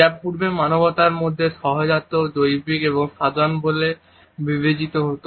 যা পূর্বে মানবতার মধ্যে সহজাত জৈবিক এবং সাধারণ বলে বিবেচিত হত